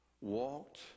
walked